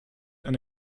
and